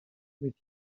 with